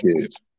kids